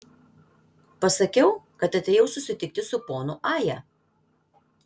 pasakiau kad atėjau susitikti su ponu aja